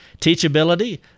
Teachability